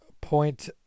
Point